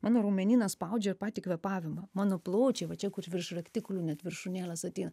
mano raumenynas spaudžia patį kvėpavimą mano plaučiai va čia kur virš raktikaulio net viršūnėlės ateina